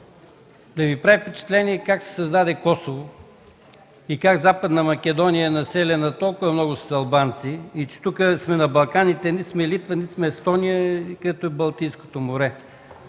Да Ви прави впечатление как се създаде Косово и как Западна Македония е населена толкова много с албанци? Тук сме на Балканите, нито сме Литва, нито сме Естония, където е Балтийско море.